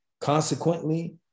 Consequently